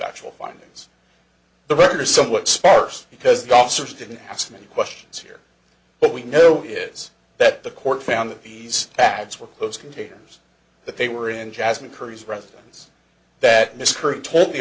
factual findings the record is somewhat sparse because the officers didn't ask many questions here but we know is that the court found that these pads were close containers that they were in jasmine curry's residence that miss crew told the